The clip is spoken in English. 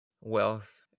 wealth